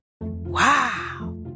Wow